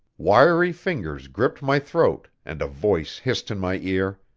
wiry fingers gripped my throat, and a voice hissed in my ear